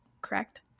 correct